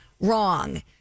wrong